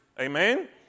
Amen